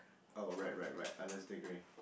oh right right right Alester-Grey